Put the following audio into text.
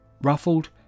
Ruffled